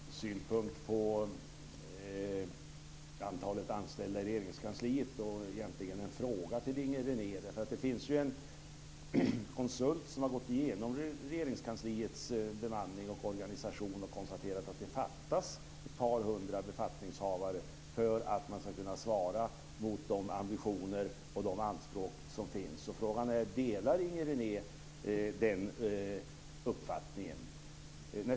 Herr talman! Jag har en synpunkt på detta med antalet anställda i Regeringskansliet och egentligen en fråga till Inger René. En konsult har ju gått igenom Regeringskansliets bemanning och organisation och konstaterat att det fattas ett par hundra befattningshavare för att man ska kunna svara mot de ambitioner och de anspråk som finns. Delar Inger René den uppfattningen?